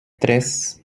tres